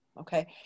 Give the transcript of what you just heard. okay